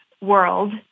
world